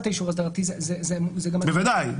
את האישור האסדרתי זה גם -- בוודאי,